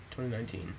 2019